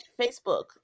Facebook